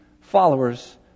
followers